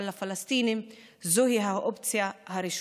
אבל לפלסטינים זוהי האופציה הראשונה.